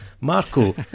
Marco